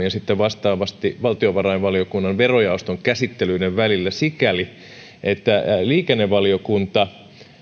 ja sitten vastaavasti valtiovarainvaliokunnan verojaoston käsittelyiden välillä sikäli että liikennevaliokunta